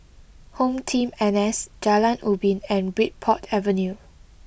HomeTeam N S Jalan Ubin and Bridport Avenue